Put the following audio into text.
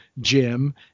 Jim